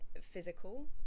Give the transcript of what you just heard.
physical